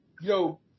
Yo